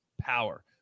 power